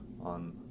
on